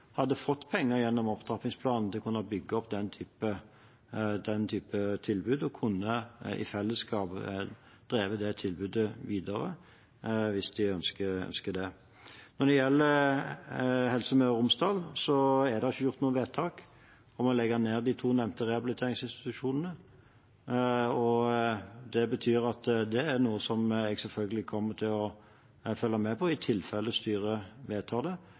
hadde fått penger gjennom opptrappingsplanen til å kunne bygge opp den type tilbud, og kunne i fellesskap drevet det tilbudet videre hvis de ønsket det. Når det gjelder Helse Møre og Romsdal, er det ikke gjort noe vedtak om å legge ned de to nevnte rehabiliteringsinstitusjonene. Det betyr at det er noe jeg selvfølgelig kommer til å følge med på, i tilfelle styret vedtar det,